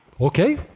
okay